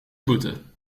boete